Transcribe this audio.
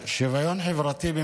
חברתי.